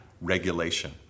regulation